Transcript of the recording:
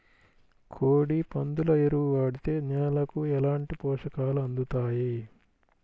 కోడి, పందుల ఎరువు వాడితే నేలకు ఎలాంటి పోషకాలు అందుతాయి